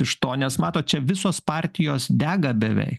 iš to nes matot visos partijos dega beveik